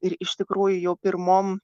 ir iš tikrųjų jau pirmom